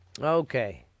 Okay